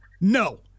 No